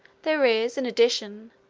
there is, in addition,